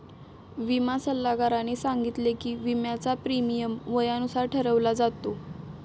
विमा सल्लागाराने सांगितले की, विम्याचा प्रीमियम वयानुसार ठरवला जातो